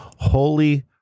holy